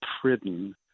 Pridden